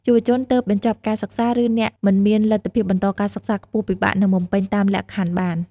យុវជនទើបបញ្ចប់ការសិក្សា ឬអ្នកមិនមានលទ្ធភាពបន្តការសិក្សាខ្ពស់ ពិបាកនឹងបំពេញតាមលក្ខខណ្ឌបាន។